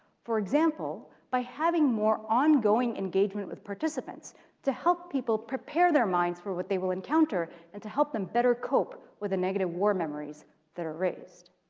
for example, by having more ongoing engagement with participants to help people prepare their minds for what they will encounter and to help them better cope with the negative war memories that are raised.